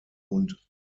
und